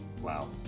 Wow